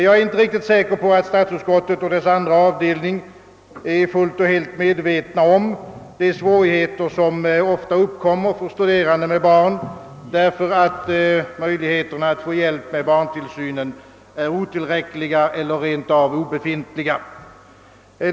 Jag är inte säker på att statsutskottet och dess andra avdelning är fullt medvetna om de svårigheter som ofta uppkommer för studerande med barn, därför att möjligheterna att få hjälp med barntillsynen är otillräckliga eller rent av obefintliga.